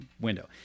window